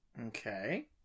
Okay